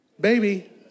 Baby